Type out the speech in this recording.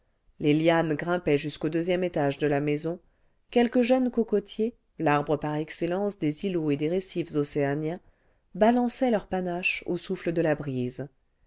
les lianes grimpaient jusqu'au deuxième étage de la maison quelques jeunes cocotiers l'arbre par excellence des îlots et des récifs océaniens balançaient leur panache au souffle de la brise